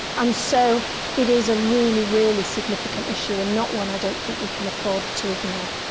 and so it is a really, really significant issue and not one, i don't think, we can afford to ignore.